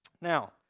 Now